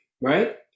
Right